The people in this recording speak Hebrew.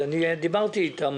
אני דיברתי איתם